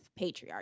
patriarchy